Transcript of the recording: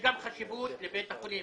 יש גם חשיבות לבית החולים